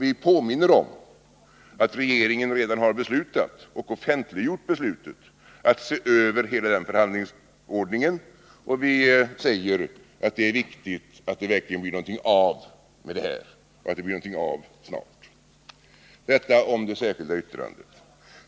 Vi påminner om att regeringen redan har beslutat, och offentliggjort beslutet, att se över hela förhandlingsordningen. Vi säger att det är viktigt att det verkligen blir någonting av med det snart. — Detta om det särskilda yttrandet nr 1.